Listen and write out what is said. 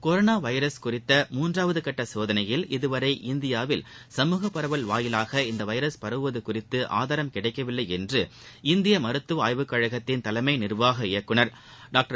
corona virus குறித்த மூன்றாவது கட்ட சோதனையில் இதுவரை இந்தியாவில் சமூக பரவல் ப வாயிலாக இந்த வைரஸ் பரவுவது குறித்து ஆதாரம் கிடைக்கவில்லை என்று இந்திய மருத்துவக் ஆய்வுக்கழகத்தின் தலைமை நிர்வாக இயக்குநர் டாக்டர்